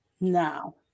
now